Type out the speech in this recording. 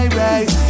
raise